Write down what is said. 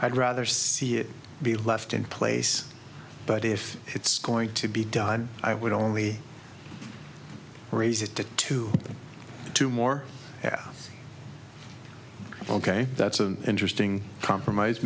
i'd rather see it be left in place but if it's going to be done i would only raise it to two to more yeah ok that's an interesting compromise